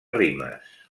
rimes